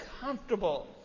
comfortable